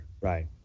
right